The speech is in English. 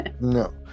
no